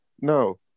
no